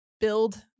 build